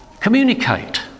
communicate